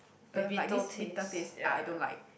they have like this bitter taste ah I don't like